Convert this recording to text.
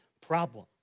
problem